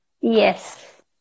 yes